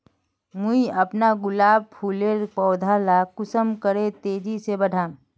मुई अपना गुलाब फूलेर पौधा ला कुंसम करे तेजी से बढ़ाम?